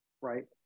right